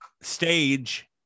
stage